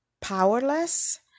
powerless